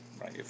right